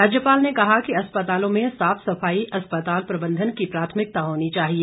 राज्यपाल ने कहा कि अस्पतालों में साफ सफाई अस्पताल प्रबंधन की प्राथमिकता होनी चाहिए